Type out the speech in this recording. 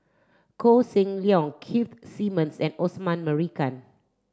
Koh Seng Leong Keith Simmons and Osman Merican